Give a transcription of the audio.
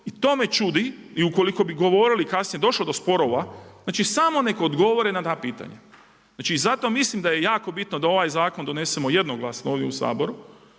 i to me čudi, i ukoliko bi govorili kad se došlo do sporova, znači samo nek odgovore na ta pitanja. Znači, i zato mislim da je jako bitno da ovaj zakon donesemo jednoglasno ovdje u Saboru,